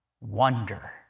wonder